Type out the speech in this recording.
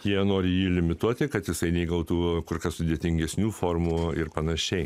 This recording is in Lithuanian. jie nori į limituoti kad jisai neįgautų kur kas sudėtingesnių formų ir panašiai